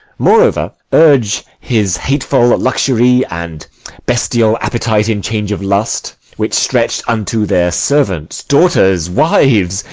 moreover, urge his hateful luxury, and bestial appetite in change of lust which stretch'd unto their servants, daughters, wives,